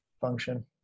function